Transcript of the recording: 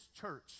church